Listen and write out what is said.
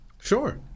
sure